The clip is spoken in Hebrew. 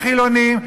החילונים,